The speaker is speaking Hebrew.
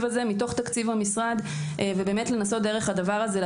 הזה מתוך תקציב המשרד ולנסות לתת דרך זה,